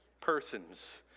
persons